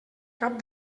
cap